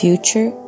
Future